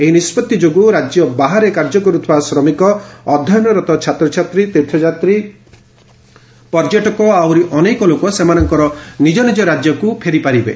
ଏହି ନିଷ୍କତ୍ତି ଯୋଗୁଁ ରାଜ୍ୟ ବାହାରେ କାର୍ଯ୍ୟ କରୁଥିବା ଶ୍ରମିକ ଅଧ୍ୟୟନରତ ଛାତ୍ରଛାତ୍ରୀ ତୀର୍ଥ ଯାତ୍ରୀ ପର୍ଯ୍ୟଟକ ଓ ଆହୁରି ଅନେକ ଲୋକ ସେମାନଙ୍କର ନିଜ ନିଜ ରାଜ୍ୟକୁ ଫେରିପାରିବେ